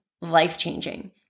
life-changing